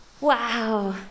Wow